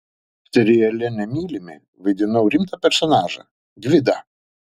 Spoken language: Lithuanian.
seriale nemylimi vaidinau rimtą personažą gvidą